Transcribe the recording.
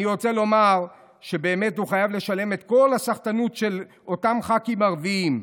אני רוצה לומר שבאמת הוא חייב לשלם את כל הסחטנות של אותם ח"כים ערבים.